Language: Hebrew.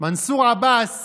מנסור עבאס